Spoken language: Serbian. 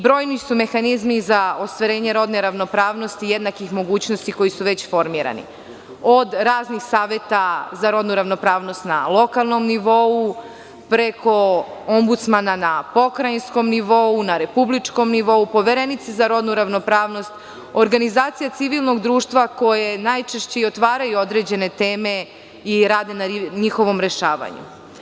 Brojni su mehanizmi za ostvarenje rodne ravnopravnosti jednakih mogućnosti koji su već formirani, od raznih saveta za rodnu ravnopravnost na lokalnom nivou, preko ombudsmana na pokrajinskom nivou, na republičkom nivou, poverenice za rodnu ravnopravnost, organizacije civilnog društva koje najčešće i otvaraju određene teme i rade na njihovom rešavanju.